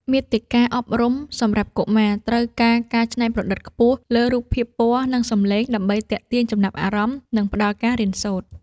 មាតិកាអប់រំសម្រាប់កុមារត្រូវការការច្នៃប្រឌិតខ្ពស់លើរូបភាពពណ៌ និងសំឡេង ដើម្បីទាក់ទាញចំណាប់អារម្មណ៍ និងផ្តល់ការរៀនសូត្រ។